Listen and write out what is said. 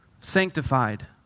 sanctified